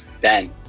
Ben